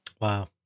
Wow